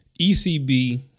ECB